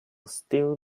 still